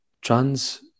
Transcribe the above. trans